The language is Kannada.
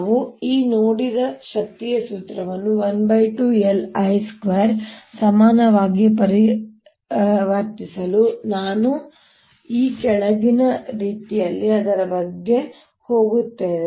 ನಾವು ಈಗ ನೋಡಿದ ಶಕ್ತಿಯ ಸೂತ್ರವನ್ನು 12LI2 ಸಮಾನವಾಗಿ ಪರಿವರ್ತಿಸಲು ನಾವು ಈ ಕೆಳಗಿನ ರೀತಿಯಲ್ಲಿ ಅದರ ಬಗ್ಗೆ ಹೋಗುತ್ತೇವೆ